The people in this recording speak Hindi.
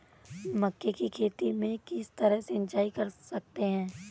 मक्के की खेती में किस तरह सिंचाई कर सकते हैं?